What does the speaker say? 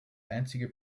einzige